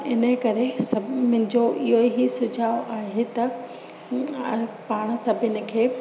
हिनजे करे सभु मुंहिंजो इहो ई सुझाव आहे त पाणि सभिनी खे